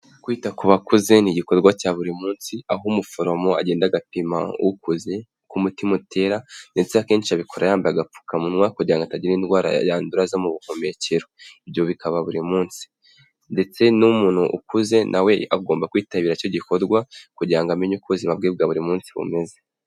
Kwita ku bakuze ni igikorwa cya buri munsi aho umuforomo agenda agapima ukuze uko umutima utera ndetse akenshi abikora yambaye agapfukamunwa kugira ngo atagira indwara yandura zo mu buhumekero ibyo bikaba buri munsi ndetse n'umuntu ukuze nawe agomba kwitabira icyo gikorwa kugira ngo amenye uko ubuzima bwe bwa buri munsi bumeze.